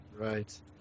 Right